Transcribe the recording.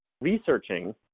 researching